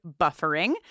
buffering